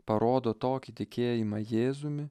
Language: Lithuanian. parodo tokį tikėjimą jėzumi